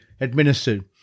administered